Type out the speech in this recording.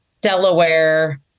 Delaware